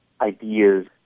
ideas